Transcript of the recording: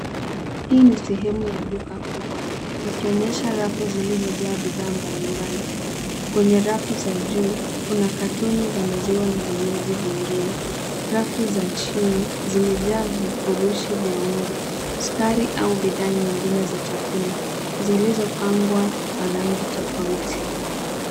Hii ni sehemu ya duka kubwa ikionyesha rafu zilizojaa bidhaa mbalimbali. Kwenye rafu za juu kuna katoni za maziwa na vinywaji zingine. Rafu za chini zimejaa vifurushi vya unga, sukari ah bidhaa nyingine za chakula zilizopangwa kwa rangi tofauti